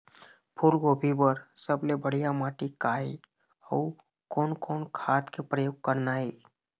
फूलगोभी बर सबले बढ़िया माटी का ये? अउ कोन कोन खाद के प्रयोग करना ये?